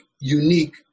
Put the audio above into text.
unique